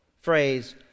phrase